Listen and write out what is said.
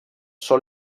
són